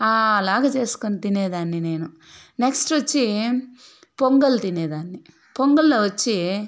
ఆలాగ చేసుకుని తినేదాన్ని నేను నెక్స్ట్ వచ్చి పొంగల్ తినేదాన్ని పొంగల్లో వచ్చి